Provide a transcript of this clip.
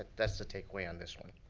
ah that's the takeaway on this one.